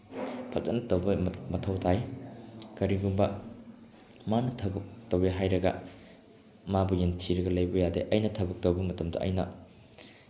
ꯐꯖꯅ ꯇꯧꯕ ꯃꯊꯧ ꯇꯥꯏ ꯀꯔꯤꯒꯨꯝꯕ ꯃꯥꯅ ꯊꯕꯛ ꯇꯧꯋꯦ ꯍꯥꯏꯔꯒ ꯃꯥꯕꯨ ꯌꯦꯡꯊꯤꯔꯒ ꯂꯩꯕ ꯌꯥꯗꯦ ꯑꯩꯅ ꯊꯕꯛ ꯇꯧꯕ ꯃꯇꯝꯗ ꯑꯩꯅ